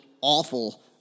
awful